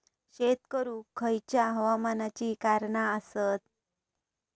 शेत करुक खयच्या हवामानाची कारणा आसत?